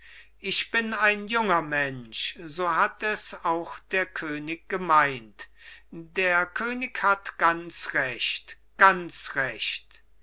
ich bin ein junger mensch so hat es auch der könig gemeint der könig hat ganz recht ganz recht